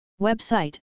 Website